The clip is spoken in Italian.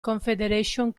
confederation